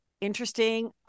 interesting